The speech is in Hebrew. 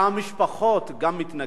והמשפחות, גם מתנגדים.